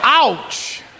Ouch